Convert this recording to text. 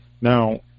Now